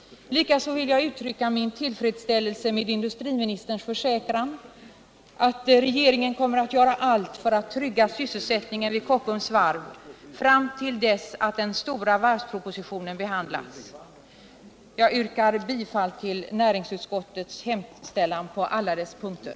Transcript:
Likaså vill jag uttrycka min tillfredsställelse med att industriministern försäkrar att regeringen kommer att göra allt för att trygga sysselsättningen vid Kockums varv fram till dess den stora varvspropositionen behandlas. Herr talman! Jag yrkar bifall till näringsutskottets hemställan på alla punkter.